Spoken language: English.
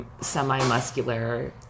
semi-muscular